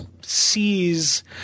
sees